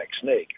snake